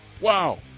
Wow